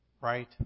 Right